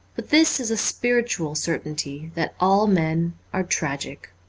but this is a spiritual certainty, that all men are tragic.